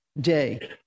day